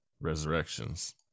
resurrections